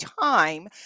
time